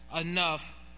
enough